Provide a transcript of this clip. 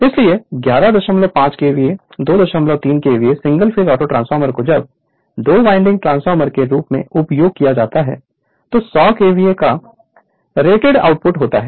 Refer Slide Time 1029 इसलिए 115 KVA 23 KVA single phase auto transformer को जब 2 वाइंडिंग ट्रांसफार्मर के रूप में उपयोग किया जाता है तो 100 केवीए का रेटेड आउटपुट होता है